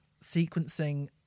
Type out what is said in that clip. sequencing